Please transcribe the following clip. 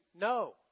no